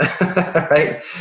right